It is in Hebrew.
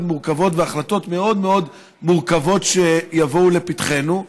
מורכבות והחלטות מאוד מורכבות שיבואו לפתחנו,